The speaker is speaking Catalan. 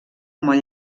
molt